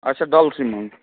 اَچھا ڈَلسٕے منٛز